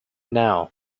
now